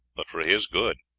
but for his good,